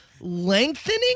Lengthening